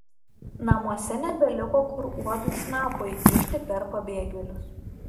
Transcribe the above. namuose nebeliko kur uodui snapo įkišti per pabėgėlius